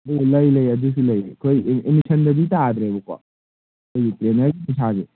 ꯂꯩ ꯂꯩ ꯂꯩ ꯑꯗꯨꯁꯨ ꯂꯩ ꯑꯩꯈꯣꯏ ꯑꯦꯠꯃꯤꯁꯟꯗꯗꯤ ꯇꯥꯗ꯭ꯔꯦꯕꯀꯣ ꯑꯩꯈꯣꯏꯒꯤ ꯇ꯭ꯔꯦꯟꯅꯔꯒꯤ ꯄꯩꯁꯥꯁꯦ